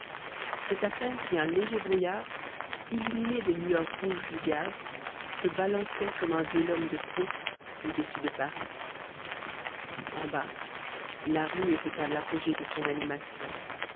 c'est à peine si un léger brouillard illuminé des lueurs rouges du gaz se balançait comme un velum de pourpre au-dessus de paris en bas la rue était à l'apogée de son animation